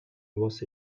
was